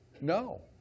No